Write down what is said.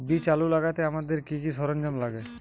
বীজ আলু লাগাতে আমাদের কি কি সরঞ্জাম লাগে?